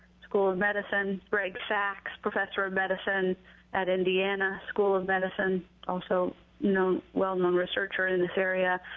school of medicine, greg sax, professor of medicine at indiana school of medicine, also you know well-known researcher in this area.